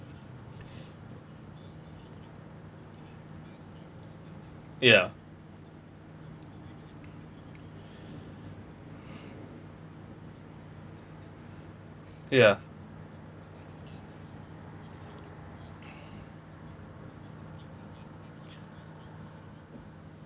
ya ya